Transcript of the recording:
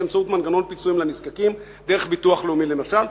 באמצעות מנגנון פיצויים לנזקקים דרך ביטוח לאומי למשל.